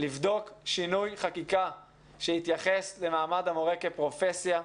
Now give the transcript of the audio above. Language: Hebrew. לבדוק שינוי חקיקה שיתייחס למעמד המורה כפרופסיה.